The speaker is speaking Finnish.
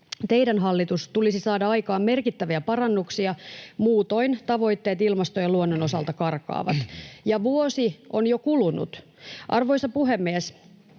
Teidän, hallitus, tulisi saada aikaan merkittäviä parannuksia, muutoin tavoitteet ilmaston ja luonnon osalta karkaavat — ja vuosi on jo kulunut. Arvoisa puhemies!